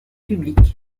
publics